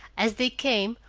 as they came,